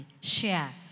share